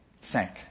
sank